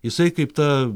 jisai kaip ta